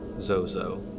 Zozo